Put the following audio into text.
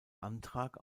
antrag